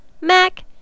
Mac